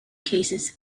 cases